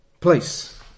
place